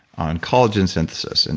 on collagen synthesis, and